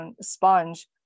sponge